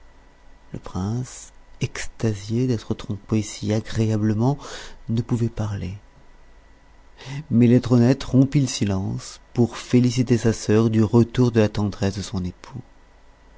le prince extasié d'être trompé si agréablement ne pouvait parler mais laidronette rompit le silence pour féliciter sa sœur du retour de la tendresse de son époux